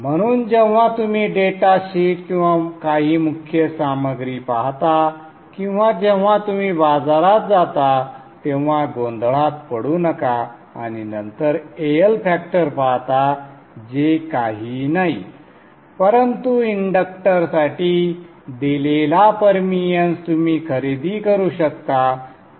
म्हणून जेव्हा तुम्ही डेटा शीट किंवा काही मुख्य सामग्री पाहता किंवा जेव्हा तुम्ही बाजारात जाता तेव्हा गोंधळात पडू नका आणि नंतर AL फॅक्टर पाहता जे काही नाही परंतु इंडक्टरसाठी दिलेला परमिअन्स तुम्ही खरेदी करू शकता